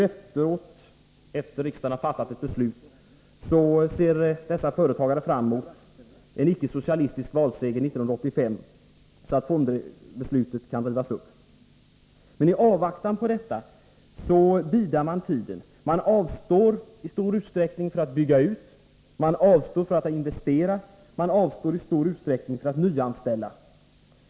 Efteråt — sedan riksdagen har fattat sitt beslut — kan dessa företagare se fram mot en icke-socialistisk valseger 1985, så att fondbeslutet kan rivas upp. Men i avvaktan på detta bidar man tiden. Man avstår i stor utsträckning från att bygga ut, investera och nyanställa.